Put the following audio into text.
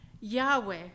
Yahweh